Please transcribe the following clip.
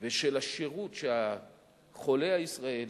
ושל השירות שהחולה הישראלי,